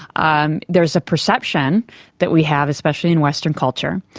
um there's a perception that we have, especially in western culture,